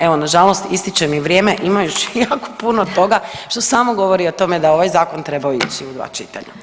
Evo nažalost ističe mi vrijeme, ima još jako puno toga što samo govori o tome da je ovaj zakon trebao ići u dva čitanja.